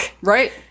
Right